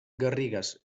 garrigues